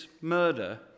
murder